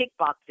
kickboxing